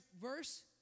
verse